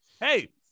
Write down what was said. hey